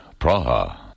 Praha